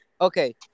Okay